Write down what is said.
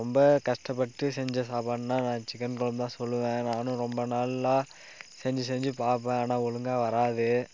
ரொம்ப கஷ்டப்பட்டு செஞ்ச சாப்பாடுனா நான் சிக்கன் குழம்பு தான் சொல்வேன் நானும் ரொம்ப நாள்லாம் செஞ்சு செஞ்சு பார்ப்பேன் ஆனால் ஒழுங்காக வராது